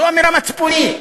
זו אמירה מצפונית,